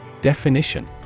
Definition